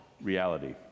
reality